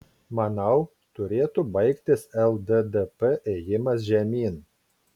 manau turėtų baigtis lddp ėjimas žemyn